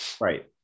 Right